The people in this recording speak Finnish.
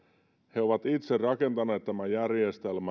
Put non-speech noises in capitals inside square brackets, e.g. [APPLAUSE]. he ovat itse rakentaneet tämän järjestelmän [UNINTELLIGIBLE]